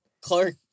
Clark